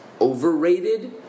overrated